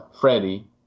Freddie